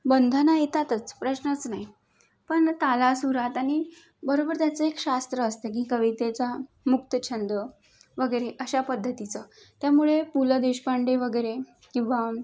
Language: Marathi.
बंधनं येतातच प्रश्नच नाही पण तालासुरात आणि बरोबर त्याचं एक शास्त्र असतं की कवितेचा मुक्तछंद वगैरे अशा पद्धतीचं त्यामुळे पु ल देशपांडे वगैरे किंवा